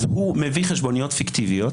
הוא מביא חשבוניות פיקטיביות